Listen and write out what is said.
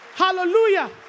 Hallelujah